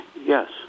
yes